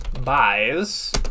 buys